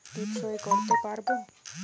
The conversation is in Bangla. টিপ সই করতে পারবো?